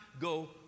go